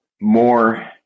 more